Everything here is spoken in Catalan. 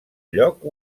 lloc